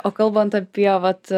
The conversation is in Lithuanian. o kalbant apie vat